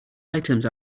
items